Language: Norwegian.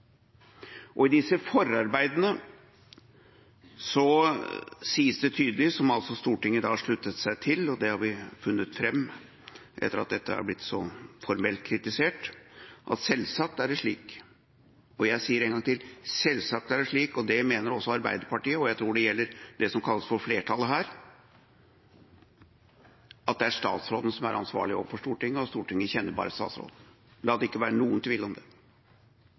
I disse forarbeidene sies det tydelig, og Stortinget har sluttet seg til det, det har vi funnet fram etter at dette er blitt så formelt kritisert, at det selvsagt er slik – og det mener også Arbeiderpartiet, og jeg tror det gjelder også for det som kalles «flertallet» her – at det er statsråden som er ansvarlig overfor Stortinget, og Stortinget kjenner bare statsråden. La det ikke være noen tvil om det.